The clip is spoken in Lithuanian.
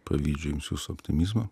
pavydžiu jums jūsų optimizmo